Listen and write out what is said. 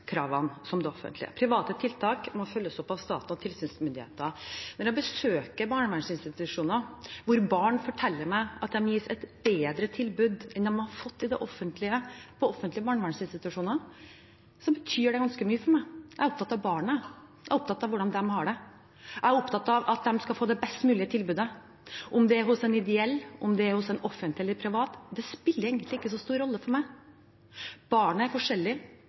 som det offentlige. Private tiltak må følges opp av stat og tilsynsmyndigheter. Når jeg besøker barnevernsinstitusjoner hvor barn forteller meg at de gis et bedre tilbud enn de har fått i det offentlige, på offentlige barnevernsinstitusjoner, betyr det ganske mye for meg. Jeg er opptatt av barna. Jeg er opptatt av hvordan de har det. Jeg er opptatt av at de skal få det best mulige tilbudet – om det er hos en ideell, en offentlig eller en privat, spiller egentlig ikke så stor rolle for meg. Barn er